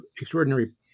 extraordinary